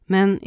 Men